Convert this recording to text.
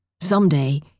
Someday